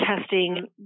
testing